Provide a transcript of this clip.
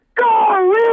Go